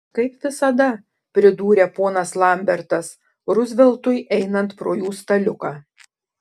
kaip visada pridūrė ponas lambertas ruzveltui einant pro jų staliuką